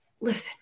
Listen